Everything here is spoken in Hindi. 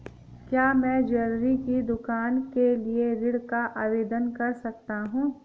क्या मैं ज्वैलरी की दुकान के लिए ऋण का आवेदन कर सकता हूँ?